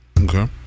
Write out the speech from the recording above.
Okay